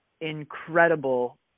incredible